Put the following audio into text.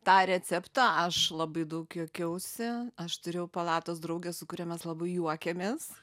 tą receptą aš labai daug juokiausi aš turėjau palatos draugę su kuria mes labai juokėmės